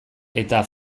eta